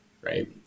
right